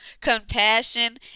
compassion